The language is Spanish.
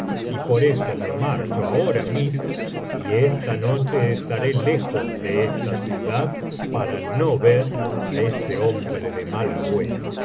y por eso me marcho ahora mismo y esta noche estaré lejos de esta ciudad para no ver á ese hombre de mal agüero